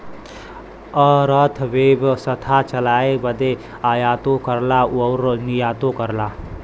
अरथबेवसथा चलाए बदे आयातो करला अउर निर्यातो करला